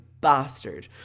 bastard